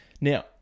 Now